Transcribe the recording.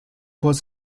was